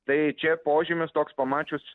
tai čia požymis toks pamačius